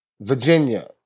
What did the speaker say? Virginia